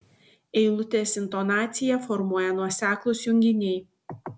eilutės intonaciją formuoja nuoseklūs junginiai